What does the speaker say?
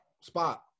spot